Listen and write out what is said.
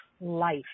life